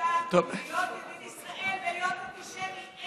אי-אפשר להיות ידיד ישראל ולהיות אנטישמי.